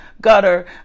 gutter